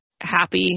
happy